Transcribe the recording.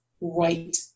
Right